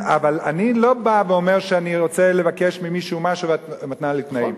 אבל אני לא בא ואומר שאני רוצה לבקש ממישהו משהו ואת מתנה לי תנאים,